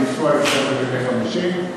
את ביצוע ההסדר הזה בימי חמישי,